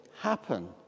happen